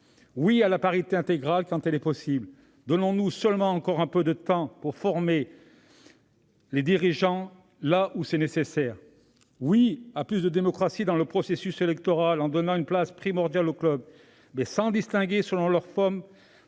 Oui à la parité intégrale quand elle est possible ! Donnons-nous seulement encore un peu de temps pour former les dirigeantes là où c'est nécessaire. Oui à plus de démocratie dans le processus électoral, en donnant une place primordiale aux clubs, mais sans distinguer selon leur forme,